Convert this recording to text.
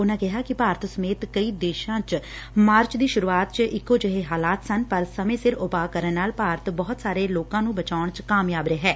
ਉਨਾਂ ਕਿਹਾ ਕਿ ਭਾਰਤ ਸਮੇਤ ਕਈ ਦੇਸ਼ਾਂ ਚ ਮਾਰਚ ਦੀ ਸੁਰੁਆਤ ਚ ਇਕੋ ਜਿਹੇ ਹਾਲਾਤ ਸਨ ਪਰ ਸਮੇ ਸਿਰ ਉਪਾਅ ਕਰਨ ਨਾਲ ਭਾਰਤ ਬਹੁਤ ਸਾਰੇ ਲੋਕਾ ਨੂੰ ਬਚਾਉਣ ਚ ਕਾਮਯਾਬ ਰਿਹੈ